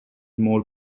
more